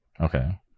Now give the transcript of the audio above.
Okay